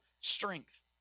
strength